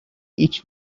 each